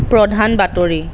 প্ৰধান বাতৰি